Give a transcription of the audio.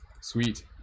Sweet